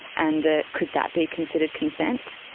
and that could that be considered consent?